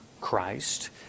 Christ